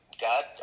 God